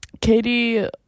Katie